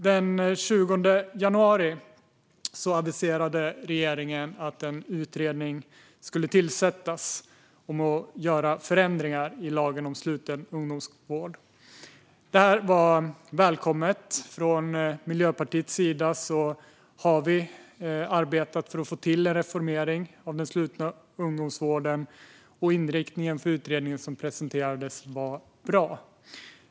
Den 20 januari aviserade regeringen att en utredning skulle tillsättas om att göra förändringar i lagen om sluten ungdomsvård. Det var välkommet. Från Miljöpartiets sida har vi arbetat för att få till en reformering av den slutna ungdomsvården, och inriktningen som presenterades för utredningen var bra.